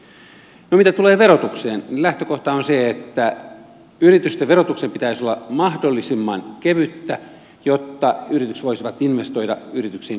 no mitä tulee verotukseen niin lähtökohta on se että yritysten verotuksen pitäisi olla mahdollisimman kevyttä jotta yritykset voisivat investoida yrityksiin kertyvät tulot